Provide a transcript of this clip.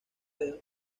edo